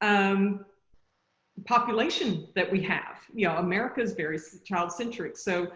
um population that we have. you know america is very child centric so